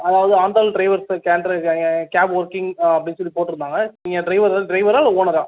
அதாவது ஆண்டாள் drivers can drive cab working அப்படினு சொல்லி போட்டுருந்தாங்க நீங்கள் டிரைவர் டிரைவர்ரா இல்லை ஓனரா